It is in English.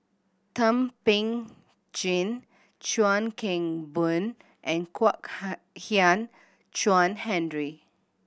Thum Ping Tjin Chuan Keng Boon and Kwek Hian Chuan Henry